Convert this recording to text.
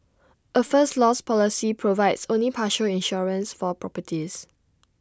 A first loss policy provides only partial insurance for properties